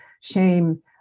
shame